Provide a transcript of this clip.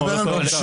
אני מדבר על ממשק.